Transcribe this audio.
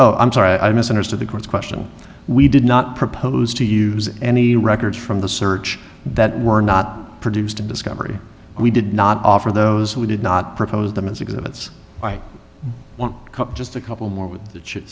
oh i'm sorry i misunderstood the court's question we did not propose to use any records from the search that were not produced a discovery we did not offer those we did not propose them as exhibits by one cup just a couple more with the chit